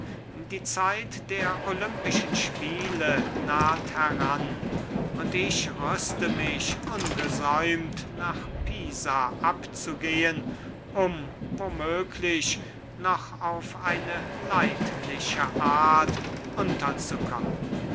die zeit der olympischen spiele naht heran und ich rüste mich ungesäumt nach pisa abzugehen um wo möglich noch auf eine leidliche art unterzukommen